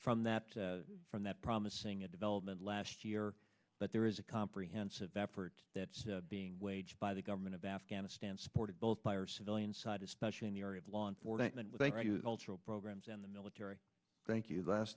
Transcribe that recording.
from that from that promising a development last year but there is a comprehensive effort that's being waged by the government of afghanistan supported both by our civilian side especially in the area of law enforcement with ultra programs in the military thank you the last